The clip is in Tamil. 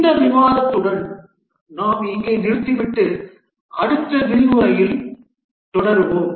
இந்த விவாதத்துடன் நாம் இங்கே நிறுத்திவிட்டு அடுத்த விரிவுரையில் தொடருவோம்